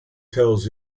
tells